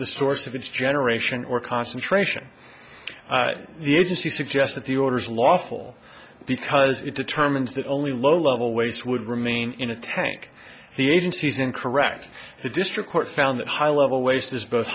the source of its generation or concentration the agency suggests that the orders lawful because it determines that only low level waste would remain in a tank the agencies in correct the district court found that high level waste is both